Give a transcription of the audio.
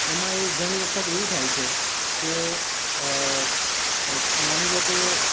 એમાં એ ઘણી વખત એવું થાય છે કે માની લો કે